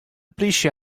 polysje